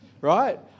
right